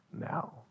now